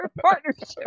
partnership